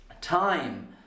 time